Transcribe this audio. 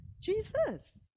Jesus